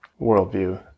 worldview